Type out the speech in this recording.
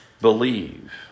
believe